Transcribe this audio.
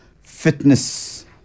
fitness